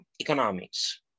economics